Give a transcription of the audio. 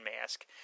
mask